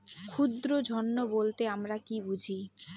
ক্ষুদ্র ঋণ বলতে আমরা কি বুঝি?